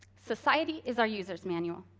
society is our user's manual.